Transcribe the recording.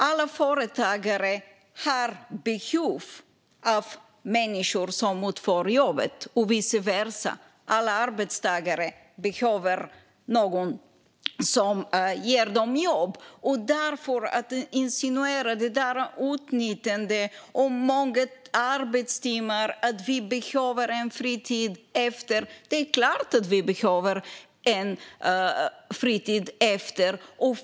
Alla företagare har behov av människor som utför jobbet, och vice versa: Alla arbetstagare behöver någon som ger dem jobb. Ciczie Weidby insinuerar det här med utnyttjande och att det är många arbetstimmar. Hon säger också att vi behöver en fritid efter jobbet. Det är klart att vi behöver fritid!